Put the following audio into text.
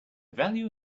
value